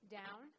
down